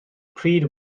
pryd